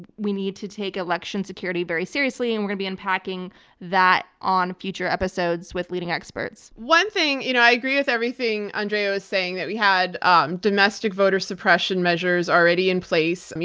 we need to take election security very seriously and we're going to be unpacking that on future episodes with leading experts. one thing, you know i agree with everything andrea was saying, that we had um domestic voter suppression methods already in place.